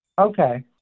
Okay